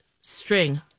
string